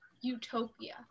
utopia